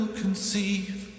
conceive